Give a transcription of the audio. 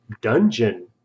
Dungeon